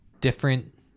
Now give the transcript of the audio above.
different